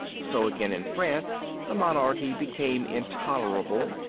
so, again, in france the monarchy became intolerable,